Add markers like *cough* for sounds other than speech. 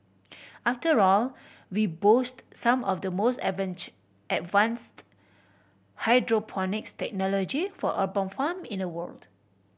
after all we boast some of the most *unintelligible* advanced hydroponics technology for urban farm in the world